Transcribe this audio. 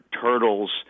turtles